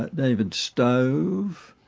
ah david stove,